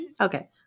Okay